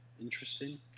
interesting